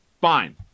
fine